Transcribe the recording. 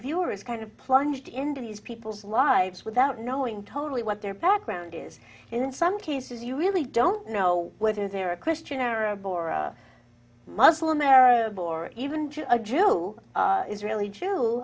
is kind of plunged into these people's lives without knowing totally what their background is in some cases you really don't know whether they're a christian arab or a muslim arab or even just a jew israeli